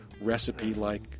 recipe-like